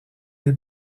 les